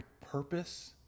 purpose